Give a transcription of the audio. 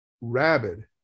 rabid